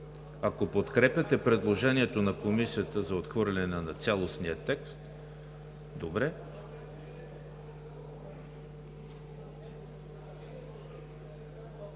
ако подкрепяте предложението на Комисията за отхвърляне на цялостния текст? КРУМ